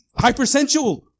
hypersensual